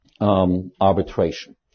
arbitration